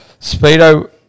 Speedo